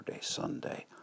Sunday